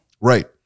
right